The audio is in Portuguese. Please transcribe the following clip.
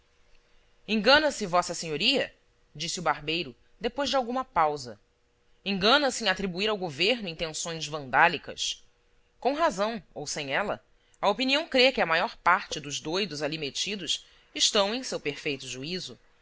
engana-se vossa senhoria disse o barbeiro depois de alguma pausa engana-se em atribuir ao governo intenções vandálicas com razão ou sem ela a opinião crê que a maior parte dos doidos ali metidos estão em seu perfeito juízo